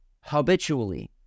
habitually